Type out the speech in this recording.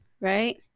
Right